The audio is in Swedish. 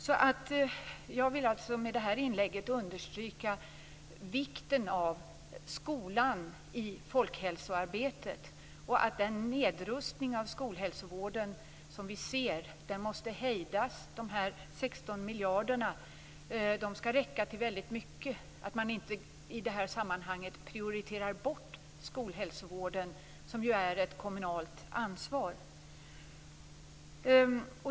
Med det här inlägget vill jag alltså understryka vikten av skolan i folkhälsoarbetet och att den nedrustning av skolhälsovården som vi ser måste hejdas. De 16 miljarderna skall räcka till mycket, och i det här sammanhanget får man inte prioritera bort skolhälsovården, som ju är ett kommunalt ansvar.